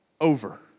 over